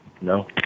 no